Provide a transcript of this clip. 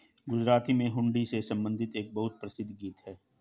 गुजराती में हुंडी से संबंधित एक बहुत प्रसिद्ध गीत हैं